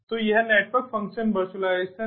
तो यह network function virtualization है